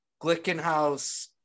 Glickenhaus